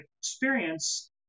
experience